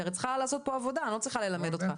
כי הרי צריכה להיעשות פה עבודה אני לא צריכה ללמד אותך.